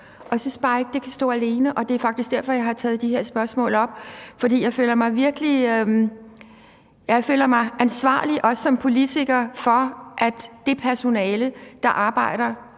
synes bare ikke, det kan stå alene, og det er faktisk derfor, jeg har taget de her spørgsmål op. For jeg føler mig også som politiker ansvarlig for, at det personale, der arbejder